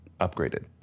upgraded